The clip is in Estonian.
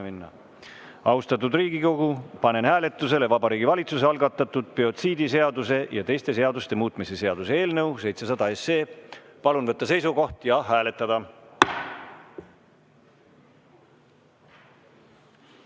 minna. Austatud Riigikogu, panen hääletusele Vabariigi Valitsuse algatatud biotsiidiseaduse ja teiste seaduste muutmise seaduse eelnõu 700. Palun võtta seisukoht ja hääletada!